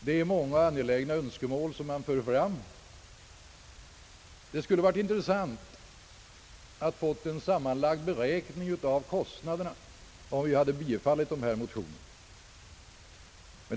Det är många angelägna önskemål som framförts, och det skulle ha varit intressant att få en beräkning av de sammanlagda kostnaderna i händelse alla dessa motioner skulle bifallas.